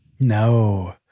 No